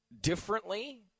differently